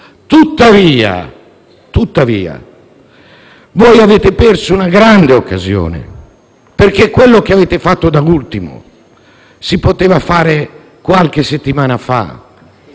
Tuttavia, voi avete perso una grande occasione perché quello che avete fatto da ultimo si poteva fare qualche settimana fa.